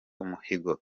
umuhigo